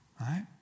right